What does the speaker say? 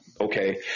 Okay